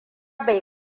bai